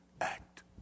act